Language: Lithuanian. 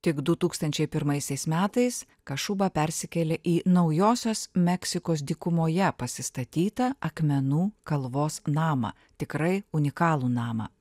tik du tūkstančiai pirmaisiais metais kašuba persikėlė į naujosios meksikos dykumoje pasistatytą akmenų kalvos namą tikrai unikalų namą